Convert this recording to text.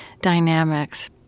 dynamics